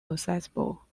accessible